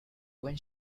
when